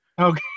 Okay